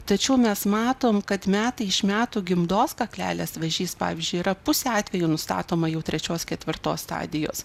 tačiau mes matom kad metai iš metų gimdos kaklelės vėžys pavyzdžiui yra pusė atvejų nustatoma jau trečios ketvirtos stadijos